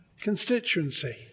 constituency